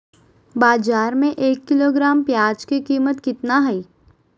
बाजार में एक किलोग्राम प्याज के कीमत कितना हाय?